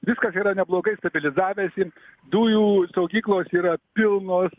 viskas yra neblogai stabilizavęsi dujų saugyklos yra pilnos